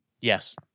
Yes